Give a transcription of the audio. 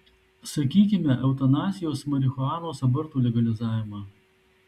sakykime eutanazijos marihuanos abortų legalizavimą